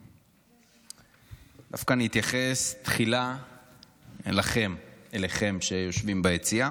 דווקא אתייחס תחילה אליכם, היושבים ביציע.